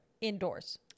indoors